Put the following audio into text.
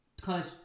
college